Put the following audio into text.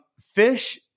fish